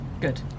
good